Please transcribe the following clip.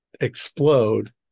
explode